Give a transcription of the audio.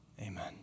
Amen